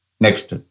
Next